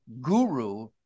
guru